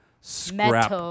scrap